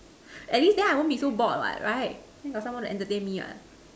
at least then I won't be so bored what right got someone to entertain me what